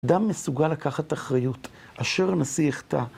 אדם מסוגל לקחת אחריות, אשר נשיא יחטא